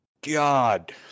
god